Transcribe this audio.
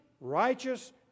righteous